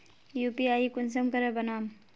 UPI कुंसम करे बनाम?